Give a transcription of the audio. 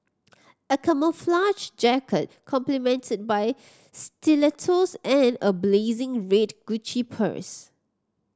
a camouflage jacket complemented by stilettos and a blazing red Gucci purse